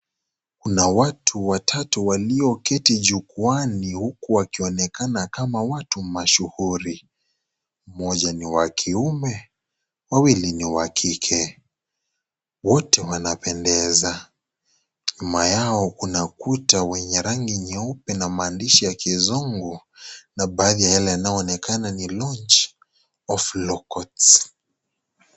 Kuna watu watatu walioketi jukwaani huku wakionekana kama watu mashuhuri. Mmoja ni wakiume, wawili ni wa kike. Wote wanapendeza. Nyuma yao kuna kuta wenye rangi nyeupe na maandishi ya kizungu na baadhi ya yale yanayoonekana ni loji of law courts .